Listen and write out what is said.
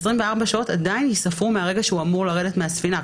ה-24 שעות עדיין ייספרו מהרגע שהוא אמור לרדת מהספינה.